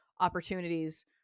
opportunities